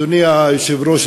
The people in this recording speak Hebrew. אדוני היושב-ראש,